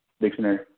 Dictionary